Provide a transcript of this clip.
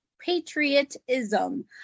patriotism